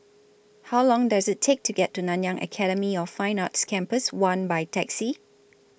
How Long Does IT Take to get to Nanyang Academy of Fine Arts Campus one By Taxi